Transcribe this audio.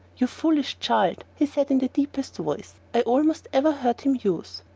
you foolish child, he said in the deepest voice i almost ever heard him use.